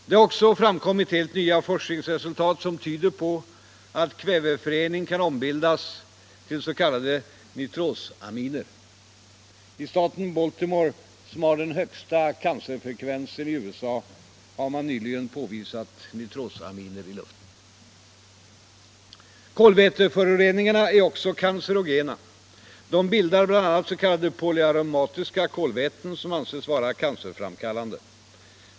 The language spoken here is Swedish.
Det har också framkommit helt nya forskningsresultat som tyder på att kväveföreningar kan ombildas till s.k. nitrosaminer. I staten Baltimore, som har den högsta cancerfrekvensen i USA, har man nyligen påvisat nitrosaminer i luften. Kolväteföreningarna är också cancerogena. Det bildas bl.a. s.k. polyaromatiska kolväten som anses vara cancerframkallande.